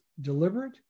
deliberate